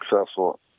successful